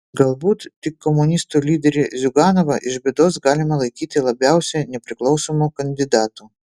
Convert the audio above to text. galbūt tik komunistų lyderį ziuganovą iš bėdos galima laikyti labiausiai nepriklausomu kandidatu